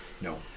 No